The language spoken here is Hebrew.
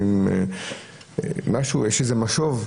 יש משוב?